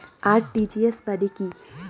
RTGS মানে কি?